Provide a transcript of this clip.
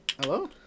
Hello